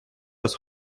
раз